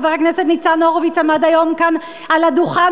חבר הכנסת ניצן הורוביץ עמד היום כאן על הדוכן